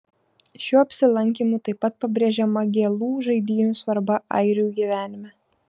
šiuo apsilankymu taip pat pabrėžiama gėlų žaidynių svarba airių gyvenime